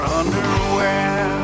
underwear